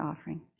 offering